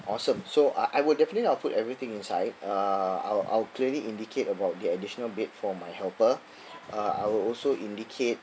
awesome so I I will definitely I'll put everything inside uh I'll I'll clearly indicate about the additional bed for my helper uh I will also indicate